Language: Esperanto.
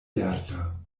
lerta